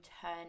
turn